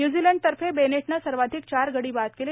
व्यूझीलंडतर्फे बेनेटनं सर्वाधिक चार गडी बाद केले